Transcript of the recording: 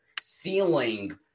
ceiling